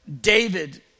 David